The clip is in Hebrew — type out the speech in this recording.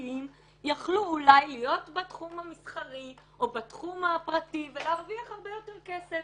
יכלו להיות בתחום המסחרי או בתחום הפרטי ולהרוויח הרבה יותר כסף.